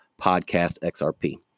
podcastxrp